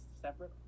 separate